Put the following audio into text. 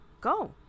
Go